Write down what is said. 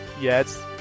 Yes